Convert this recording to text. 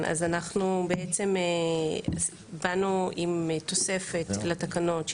אנחנו באנו עם תוספת לתקנות,